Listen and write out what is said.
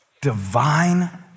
divine